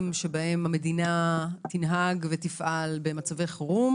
שבהם המדינה תנהג ותפעל במצבי חירום.